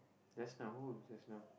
just now just now